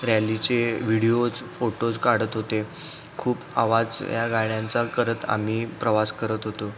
रॅलीचे videos photos काढत होते खूप आवाज या गाड्यांचा करत आम्ही प्रवास करत होतो